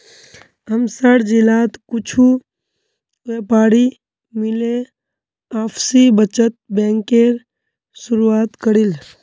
हमसार जिलात कुछु व्यापारी मिले आपसी बचत बैंकेर शुरुआत करील